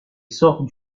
sort